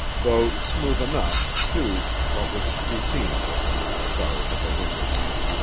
though smooth enough, too, what was to be seen of it, under the stars of a winter night.